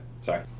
Sorry